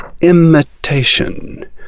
imitation